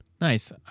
Nice